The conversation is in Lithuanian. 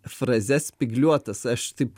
frazes spygliuotas aš taip